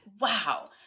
Wow